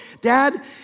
Dad